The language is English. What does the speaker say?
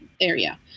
area